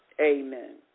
amen